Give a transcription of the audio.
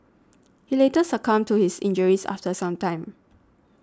he later succumbed to his injuries after some time